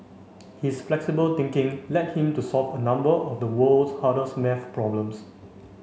his flexible thinking led him to solve a number of the world's hardest maths problems